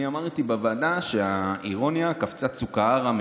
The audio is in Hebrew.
אני אמרתי בוועדה שהאירוניה קפצה צוקהארה מעזריאלי,